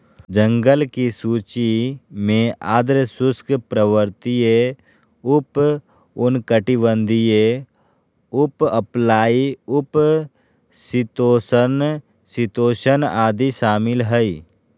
जंगल की सूची में आर्द्र शुष्क, पर्वतीय, उप उष्णकटिबंधीय, उपअल्पाइन, उप शीतोष्ण, शीतोष्ण आदि शामिल हइ